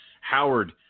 Howard